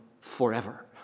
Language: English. forever